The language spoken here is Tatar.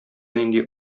нинди